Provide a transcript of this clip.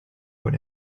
what